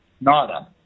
Nada